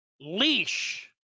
leash